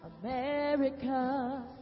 America